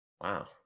Wow